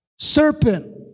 Serpent